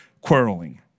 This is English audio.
quarreling